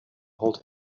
hold